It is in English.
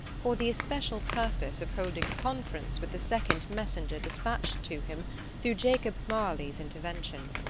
for the especial purpose of holding a conference with the second messenger despatched to him through jacob marley's intervention.